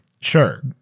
sure